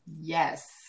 Yes